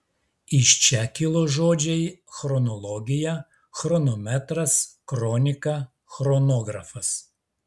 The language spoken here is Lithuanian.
iš čia kilo žodžiai chronologija chronometras kronika chronografas